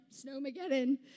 snowmageddon